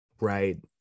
right